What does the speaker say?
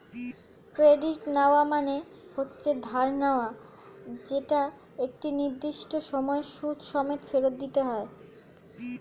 credit নেওয়া মানে হচ্ছে ধার নেওয়া যেটা একটা নির্দিষ্ট সময়ে সুদ সমেত ফেরত দিতে হয়